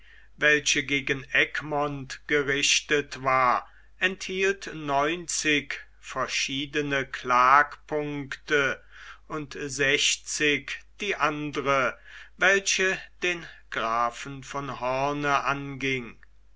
welche gegen egmont gerichtet war enthielt neunzig verschiedene klagpunkte und sechzig die andere welche den grafen von hoorn anging